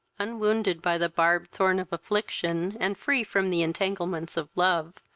unwounded by the barbed thorn of affliction, and free from the entanglements of love,